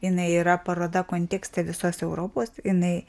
jinai yra paroda kontekste visose europos jinai